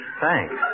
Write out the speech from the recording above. Thanks